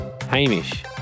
Hamish